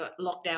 lockdown